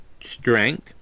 strength